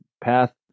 path